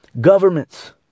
governments